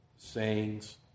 Sayings